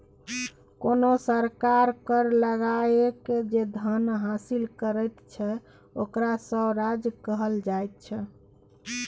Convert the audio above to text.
कोनो सरकार कर लगाकए जे धन हासिल करैत छै ओकरा राजस्व कर कहल जाइत छै